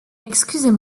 excusez